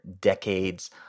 decades